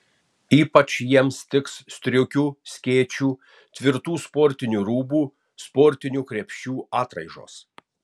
ypač jiems tiks striukių skėčių tvirtų sportinių rūbų sportinių krepšių atraižos